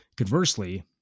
Conversely